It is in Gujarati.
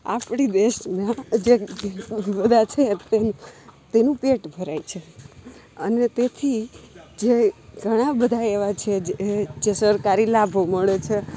આપણી દેશને જે બધાં છે તેનું પેટ ભરાય છે અને તેથી જે ઘણા બધા એવાં છે જે સરકારી લાભો મળે છે